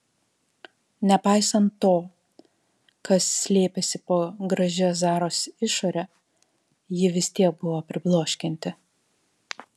nepaisant to kas slėpėsi po gražia zaros išore ji vis tiek buvo pribloškianti